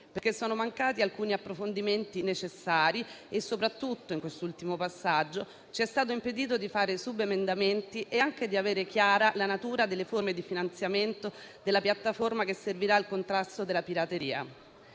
perché sono mancati alcuni approfondimenti necessari e, soprattutto in quest'ultimo passaggio, ci è stato impedito di presentare subemendamenti e di avere chiara la natura delle forme di finanziamento della piattaforma che servirà al contrasto della pirateria.